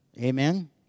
Amen